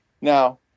Now